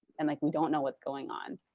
and like we don't know what's going on.